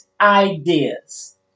ideas